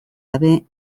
gabe